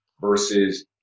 versus